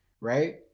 right